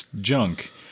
junk